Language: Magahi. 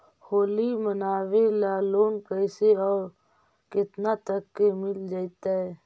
होली मनाबे ल लोन कैसे औ केतना तक के मिल जैतै?